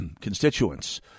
constituents